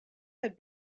had